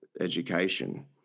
education